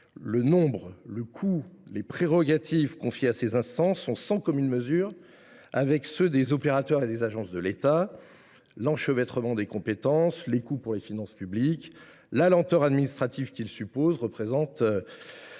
Le nombre, le coût et les prérogatives confiées à ces instances sont sans commune mesure avec ceux des opérateurs et des agences de l’État. L’enchevêtrement des compétences, les coûts pour les finances publiques et la lenteur administrative provoqués par ces derniers